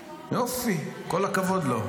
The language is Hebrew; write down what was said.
יופי, כל הכבוד לו.